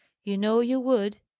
you know you would!